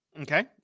Okay